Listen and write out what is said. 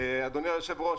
אדוני היושב-ראש,